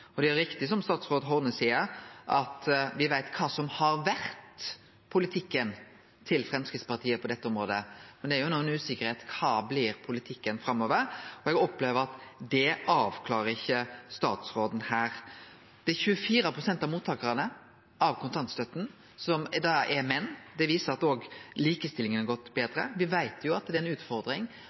Det er riktig som statsråd Horne seier, at me veit kva som har vore politikken til Framstegspartiet på dette området, men det er no ei usikkerheit om kva som blir politikken framover. Eg opplever at statsråden ikkje avklarar det her. 24 pst. av mottakarane av kontantstøtte er menn. Det viser at likestillinga går betre. Me veit at det òg er ei utfordring